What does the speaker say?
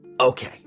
Okay